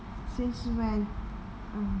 since when uh